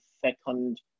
second